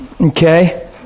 Okay